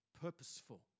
purposeful